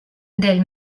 del